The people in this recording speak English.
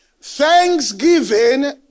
Thanksgiving